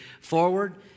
forward